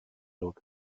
road